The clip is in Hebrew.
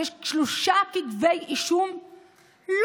שיש שלושה כתבי אישום נגדו,